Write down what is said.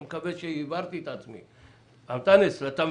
אנחנו יודעים שיש מתן פתרון,